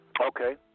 Okay